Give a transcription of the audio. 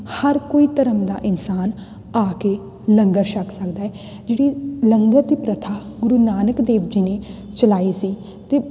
ਹਰ ਕੋਈ ਧਰਮ ਦਾ ਇਨਸਾਨ ਆ ਕੇ ਲੰਗਰ ਛਕ ਸਕਦਾ ਹੈ ਜਿਹੜੀ ਲੰਗਰ ਦੀ ਪ੍ਰਥਾ ਗੁਰੂ ਨਾਨਕ ਦੇਵ ਜੀ ਨੇ ਚਲਾਈ ਸੀ ਅਤੇ